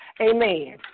Amen